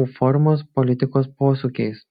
u formos politikos posūkiais